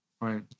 right